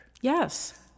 Yes